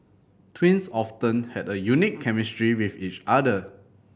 twins often have a unique chemistry with each other